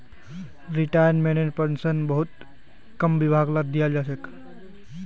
रिटायर्मेन्टटेर pension बहुत कम विभागत दियाल जा छेक